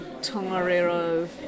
Tongarero